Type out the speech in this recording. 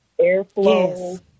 airflow